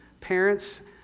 parents